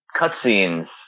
cutscenes